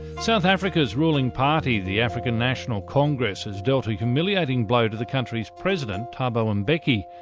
south africa's ruling party, the african national congress, has dealt a humiliating blow to the country's president, thabo mbeki,